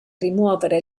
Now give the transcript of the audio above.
rimuovere